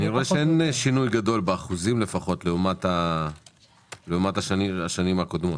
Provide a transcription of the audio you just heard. אני רואה שאין שינוי גדול באחוזים לעומת השנים הקודמות.